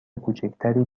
کوچکتری